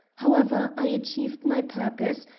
however, i achieved my purpose,